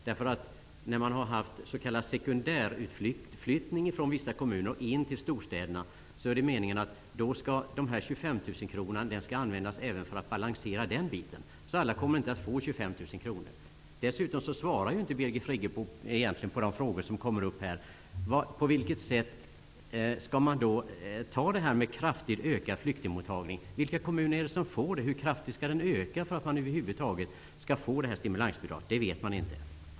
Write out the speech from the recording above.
Det är nämligen meningen att de 25 000 kr skall användas även till att balansera s.k. sekundärutflyttning från vissa kommuner till storstäderna. Alla kommuner kommer alltså inte att få 25 000 kr. Dessutom svarade Birgit Friggebo egentligen inte på de frågor som ställdes. Hur skall man uppfatta det som sägs om en kraftigt ökad flyktingmottagning? Vilka kommuner är det som kommer i fråga? Hur kraftigt skall mottagningen öka för att kommunen över huvud taget skall få stimulansbidraget? Det vet man inte.